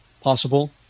Possible